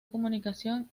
comunicación